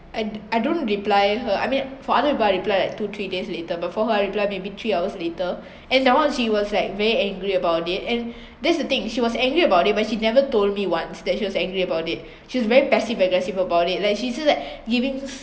I I don't reply her I mean for other I reply like two three days later but for her I reply maybe three hours later and that one she was like very angry about it and that's the thing she was angry about it but she never told me once that she was angry about it she's very passive aggressive about it like she's just like giving